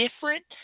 different